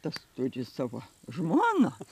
tas turi savo žmoną